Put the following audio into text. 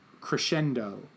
crescendo